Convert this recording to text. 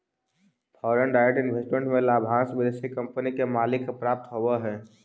foreign direct investment में लाभांश विदेशी कंपनी के मालिक के प्राप्त होवऽ हई